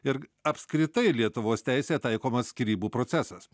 ir apskritai lietuvos teisėje taikomas skyrybų procesas